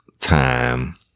time